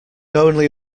only